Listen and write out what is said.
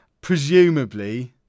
Presumably